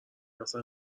اصلا